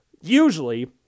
usually